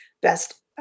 best